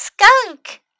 Skunk